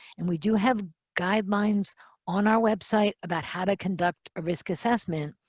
and we do have guidelines on our website about how to conduct a risk assessment.